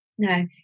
No